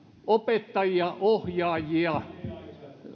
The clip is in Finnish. opettajia ohjaajia